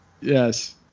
yes